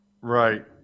Right